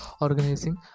organizing